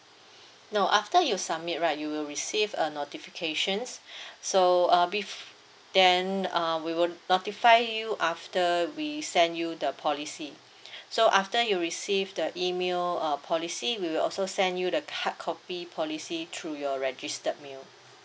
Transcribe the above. no after you submit right you will receive a notifications so uh bef~ then uh we would notify you after we send you the policy so after you receive the email uh policy we will also send you the hard copy policy through your registered mail